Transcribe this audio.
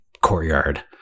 courtyard